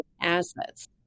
assets